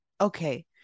okay